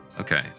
Okay